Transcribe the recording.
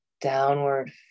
Downward